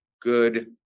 good